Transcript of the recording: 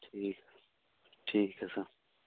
ਠੀਕ ਠੀਕ ਐ ਸਰ